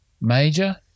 major